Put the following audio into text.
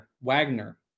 Wagner